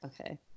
Okay